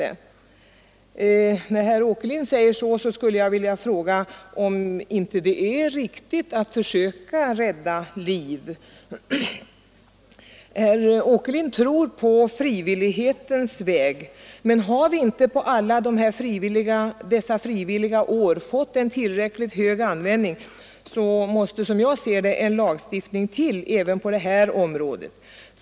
Med anledning av detta uttalande av herr Åkerlind skulle jag vilja fråga, om det inte är riktigt att försöka rädda liv. Herr Åkerlind tror på frivillighetens väg. Men har vi inte på alla dessa år med frivillighet fått en tillräckligt hög bilbältesanvändning måste, som jag ser det, en lagstiftning införas även på detta område.